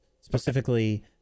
Specifically